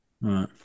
right